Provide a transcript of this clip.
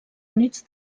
units